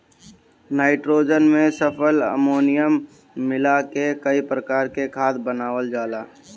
nitrogen में sulphur, ammonium मिला के कई प्रकार से खाद बनावल जाला